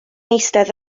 eistedd